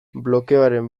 blokeoren